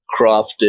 crafted